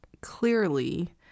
clearly